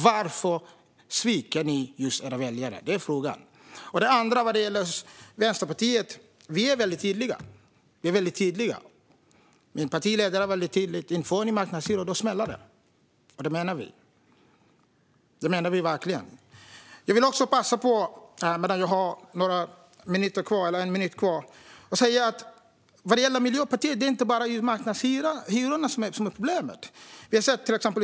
Varför sviker ni era väljare? Det är frågan. Vi i Vänsterpartiet är väldigt tydliga, och vår partiledare är väldigt tydlig: Inför ni marknadshyror så smäller det. Det menar vi verkligen. Jag vill också passa på medan jag har en minut kvar och säga att det inte bara är marknadshyrorna som är problemet vad gäller Miljöpartiet.